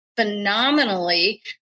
phenomenally